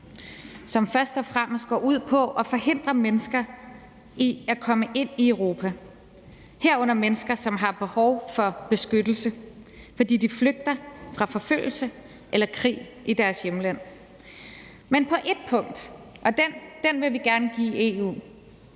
som først og fremmest går ud på at forhindre mennesker i at komme ind i Europa, herunder mennesker, som har behov for beskyttelse, fordi de flygter fra forfølgelse eller krig i deres hjemland. Men på ét punkt – det vil vi give EU